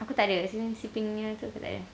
aku takde sleeping punya tu aku takde